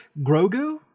Grogu